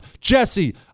Jesse